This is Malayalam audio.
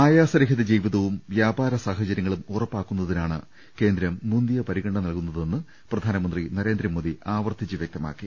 ആയാസരഹിത ജീവിതവും വ്യാപാര സാഹചര്യങ്ങളും ഉറപ്പാക്കു ന്നതിനാണ് കേന്ദ്രം മുന്തിയ പരിഗണന നൽകുന്നതെന്ന് പ്രധാനമന്ത്രി നരേ ന്ദ്രമോദി ആവർത്തിച്ചു വൃക്തമാക്കി